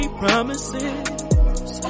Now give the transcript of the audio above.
promises